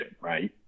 right